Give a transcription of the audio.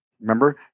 Remember